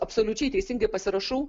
absoliučiai teisingai pasirašau